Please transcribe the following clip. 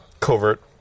covert